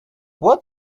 what